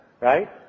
right